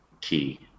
key